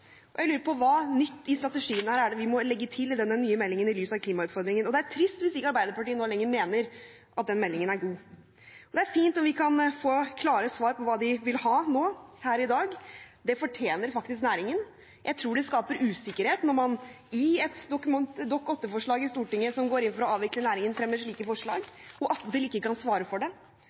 jeg synes dette er en god melding. Jeg lurer på hva nytt i strategien er det vi må legge til i den nye meldingen i lys av klimautfordringen? Det er trist hvis Arbeiderpartiet ikke nå lenger mener at den meldingen er god. Det er fint om vi kan få klare svar på hva de vil ha nå, per i dag. Det fortjener faktisk næringen. Jeg tror det skaper usikkerhet når man i en innstilling til Stortinget som har opphav i et Dokument 8-forslag som går inn for å avvikle næringen, fremmer slike forslag, og attpåtil ikke